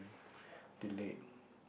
delayed